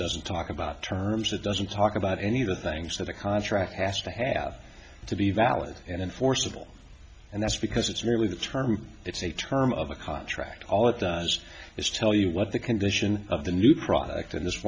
doesn't talk about terms it doesn't talk about any of the things that a contract has to have to be valid and enforceable and that's because it's merely the term it's a term of a contract all it does is tell you what the condition of the new product